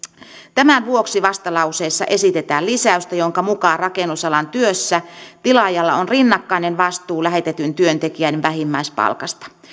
tämän vuoksi vastalauseessa esitetään lisäystä jonka mukaan rakennusalan työssä tilaajalla on rinnakkainen vastuu lähetetyn työntekijän vähimmäispalkasta